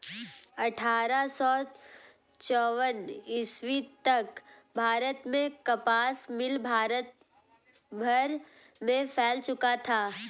अट्ठारह सौ चौवन ईस्वी तक भारत में कपास मिल भारत भर में फैल चुका था